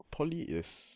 poly is